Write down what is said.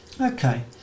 Okay